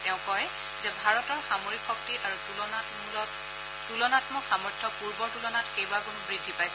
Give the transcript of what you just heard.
তেওঁ কয় যে ভাৰতৰ সামৰিক শক্তি আৰু তুলনামক সামৰ্থ্য পূৰ্বৰ তুলনাত কেইবাগুণো বৃদ্ধি পাইছে